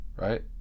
Right